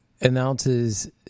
announces